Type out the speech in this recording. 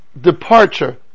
departure